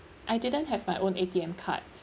I didn't have my own A_T_M card